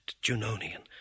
Junonian